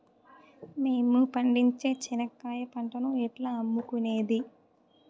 మేము పండించే చెనక్కాయ పంటను ఎట్లా అమ్ముకునేది?